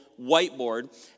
whiteboard